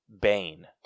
Bane